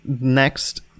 Next